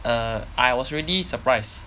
err I was really surprised